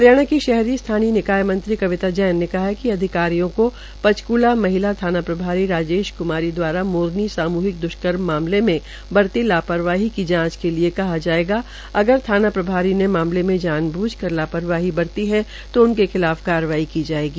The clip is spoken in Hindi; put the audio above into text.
हरियाणा की शहरी स्थानीय निकाय मंत्री कविता जैन ने कहा है कि अधिकारियों को पंचक्ला महिला थाना प्रभारी राजेश क्मारी दवारा मोरनी सामूहिक द्वष्कर्म मामले में बरती लापरवाही की जाचं के लिये कहा जायेगा अगर थाना प्रभारी ने मामले में जानबुझ कर लापरवाही बरती है तो उनके खिलाफ कार्रवाई की जायेगी